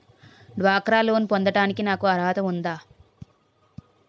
డ్వాక్రా లోన్ పొందటానికి నాకు అర్హత ఉందా?